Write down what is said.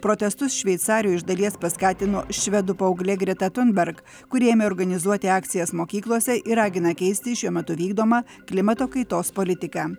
protestus šveicarijoj iš dalies paskatino švedų paauglė greta tunberg kuri ėmė organizuoti akcijas mokyklose ir ragina keisti šiuo metu vykdomą klimato kaitos politiką